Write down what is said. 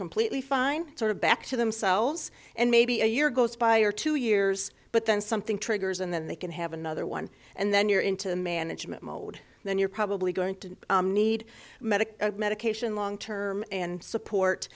completely fine sort of back to themselves and maybe a year goes by or two years but then something triggers and then they can have another one and then you're into management mode then you're probably going to need medical medication long term and support